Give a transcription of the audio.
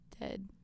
dead